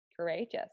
courageous